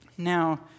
Now